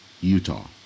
Utah